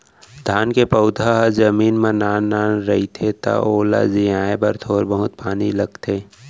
धान के पउधा ह जमीन म नान नान रहिथे त ओला जियाए बर थोर बहुत पानी लगथे